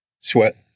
Sweat